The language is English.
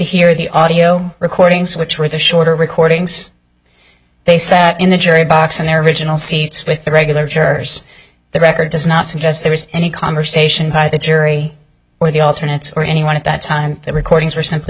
hear the audio recordings which were the shorter recordings they sat in the jury box in their original seats with the regular tours the record does not suggest there was any conversation by the jury or the alternate or anyone at that time the recordings were simply